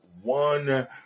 one